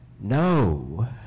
no